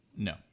no